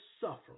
suffering